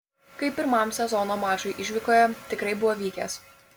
kaip pirmam sezono mačui išvykoje tikrai buvo vykęs